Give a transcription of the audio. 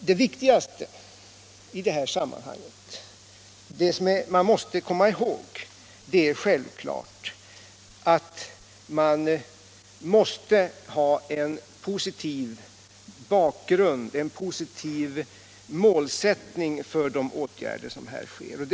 Det viktiga i detta sammanhang och det som vi måste komma ihåg är självfallet att vi måste ha ett positivt mål för de åtgärder som här - Nr 43 vidtas.